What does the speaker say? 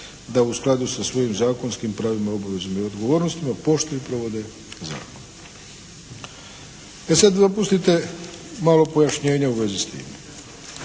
da u skladu sa svojim zakonskim pravima, obvezama ili odgovornostima poštuju i provode zakone. E sad dopustite malo pojašnjenja u vezi s time.